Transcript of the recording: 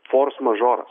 fors mažoras